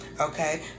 okay